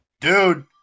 dude